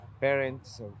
parents